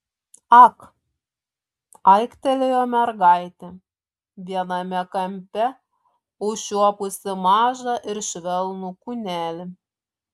ak aiktelėjo mergaitė viename kampe užčiuopusi mažą ir švelnų kūnelį